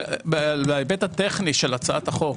בהיבט הטכני של הצעת החוק.